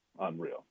unreal